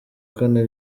kane